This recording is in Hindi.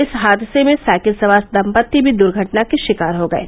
इस हादसे में साइकिल सवार दम्पत्ति भी दर्घटना के शिकार हो गये